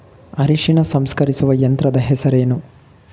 ಅರಿಶಿನ ಸಂಸ್ಕರಿಸುವ ಯಂತ್ರದ ಹೆಸರೇನು?